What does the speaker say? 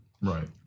Right